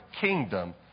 kingdom